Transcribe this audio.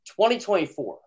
2024